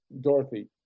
Dorothy